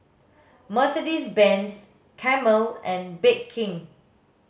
Mercedes Benz Camel and Bake King